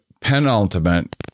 penultimate